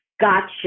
gotcha